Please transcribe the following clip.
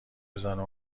بزنه